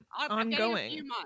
ongoing